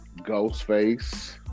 Ghostface